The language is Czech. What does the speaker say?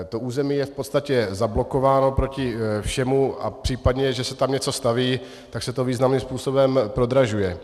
To území je v podstatě zablokováno proti všemu a v případě, že se tam něco staví, tak se to významným způsobem prodražuje.